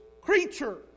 creature